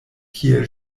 kiel